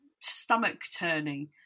stomach-turning